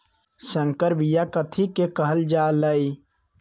संकर बिया कथि के कहल जा लई?